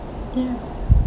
ya